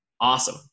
Awesome